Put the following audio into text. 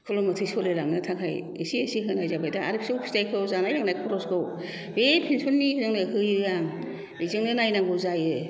खुनुमथे सोलिलांनो थाखाय एसे एसे होनाय जाबाय दा आरो फिसौ फिथायखौ जानाय लोंनाय खरसाखौ बे पेनसननिजोंनो होयो आं बेजोंनो नायनांगौ जायो